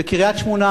בקריית-שמונה,